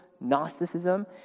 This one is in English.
Gnosticism